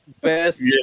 best